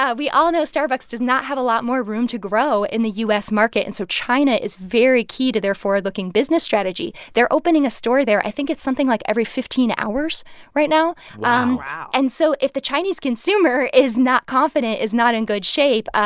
ah we all know starbucks does not have a lot more room to grow in the u s. market. and so china is very key to their forward-looking business strategy. they're opening a store there i think it's something like every fifteen hours right now um wow wow and so if the chinese consumer is not confident, is not in good shape,